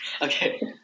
okay